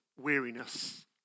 weariness